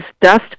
dust